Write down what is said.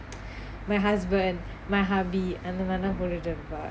my husband my hubby அந்த மாறிலாம் போட்டுட்டு இருப்ப:antha maarilaam potuttu iruppa